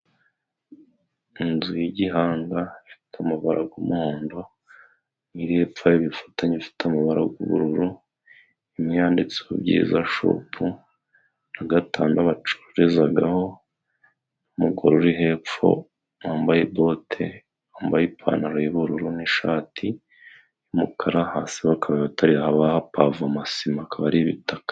Inzu y'igihanga ifite umubara gw'umuhondo, iri hepfo yayo bifatanye ifite amabara g'ubururu, imwe yanditseho ibyiza shopu n'agatanda bacururizagaho, umugore uri hepfo wambaye bote wambaye ipantaro y'ubururu n'ishati y'umukara hasi bakaba batari bahapavoma sima akaba ari ibitaka.